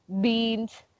beans